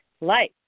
life